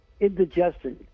indigestion